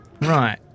Right